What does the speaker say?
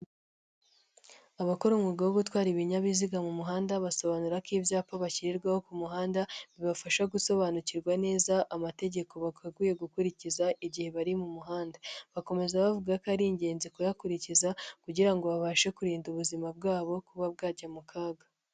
Abakora umwuga wo gutwara ibinyabiziga mu muhanda, basobanura ko ibyapa bashyirirwaho ku muhanda bibafasha gusobanukirwa neza amategeko bagakwiye gukurikiza igihe bari mu muhanda, bagakomeza bavuga ko ari ingenzi kuyakurikiza kugira ngo babashe kurinda ubuzima bwabo kuba bwajya mu kaga.